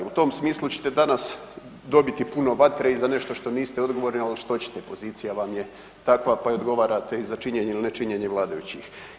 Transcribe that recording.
U tom smislu ćete danas dobiti puno vatre i za nešto što niste odgovorni, ali što ćete, pozicija vam je takva pa joj odgovarate i za činjenje i nečinjenje vladajućih.